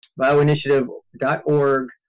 bioinitiative.org